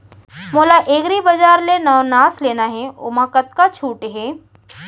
मोला एग्रीबजार ले नवनास लेना हे ओमा कतका छूट हे?